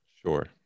Sure